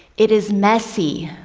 it is messy,